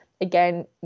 again